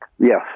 Yes